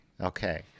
okay